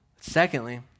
Secondly